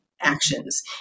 actions